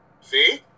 see